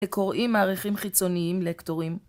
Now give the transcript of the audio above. ‫קוראים מעריכים חיצוניים לקטורים.